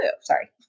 Sorry